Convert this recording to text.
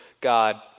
God